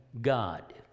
God